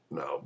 no